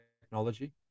technology